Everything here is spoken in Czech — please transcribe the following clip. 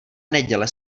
neděle